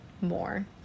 more